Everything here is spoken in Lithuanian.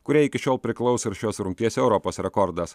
kuriai iki šiol priklausė ir šios rungties europos rekordas